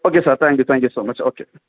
okay sir thank you thank you so much okay